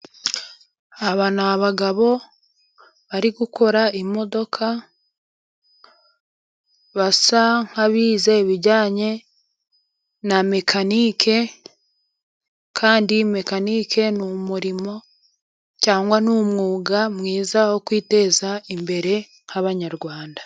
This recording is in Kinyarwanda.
Aba ni abagabo bari gukora imodoka, basa nkabize ibijyanye na mekanike, kandi mekanike ni umurimo, cyangwa n'umwuga mwiza, wo kwiteza imbere nk'abanyarwanda.